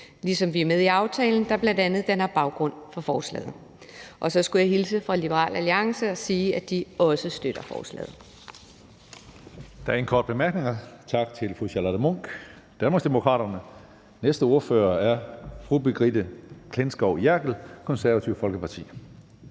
ligesom vi er med i aftalen, der bl.a. danner baggrund for forslaget. Og så skulle jeg hilse fra Liberal Alliance og sige, at de også støtter forslaget. Kl. 16:24 Tredje næstformand (Karsten Hønge): Der er ingen korte bemærkninger. Tak til fru Charlotte Munch, Danmarksdemokraterne. Næste ordfører fru Brigitte Klintskov Jerkel, Det Konservative Folkeparti.